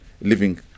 living